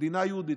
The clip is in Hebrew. מדינה יהודית.